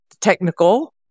technical